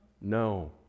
no